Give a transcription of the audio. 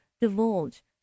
divulge